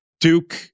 Duke